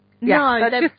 No